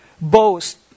boast